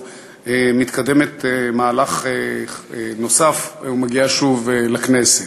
מתקדמת מהלך נוסף ומגיעה שוב לכנסת.